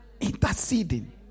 Interceding